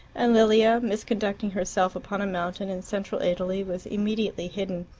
and lilia, misconducting herself upon a mountain in central italy, was immediately hidden.